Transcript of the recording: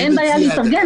אין בעיה להתארגן,